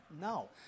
No